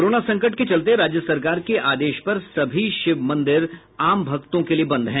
corona संकट के चलते राज्य सरकार के आदेश पर सभी शिव मंदिर आम भक्तों के लिये बंद हैं